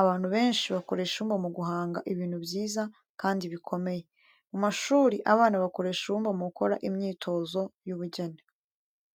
Abantu benshi bakoresha ibumba mu guhanga ibintu byiza, kandi bikomeye. Mu mashuri abana bakoresha ibumba mu gukora imyitozo y'ubugeni.